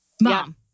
Mom